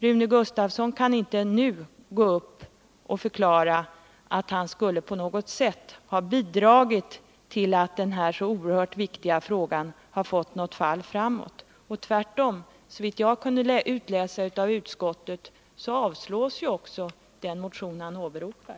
Rune Gustavsson kan inte nu gå upp och förklara att han på något sätt har bidragit till att denna så oerhört viktiga fråga har fått ett fall framåt. Tvärtom: såvitt jag kunnat utläsa ur utskottsbetänkandet avstyrks också den motion han åberopar.